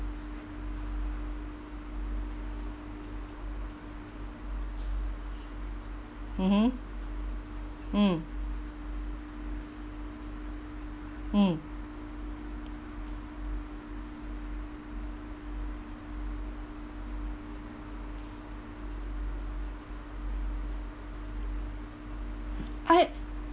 mm mm mm mm I